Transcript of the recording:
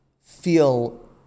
feel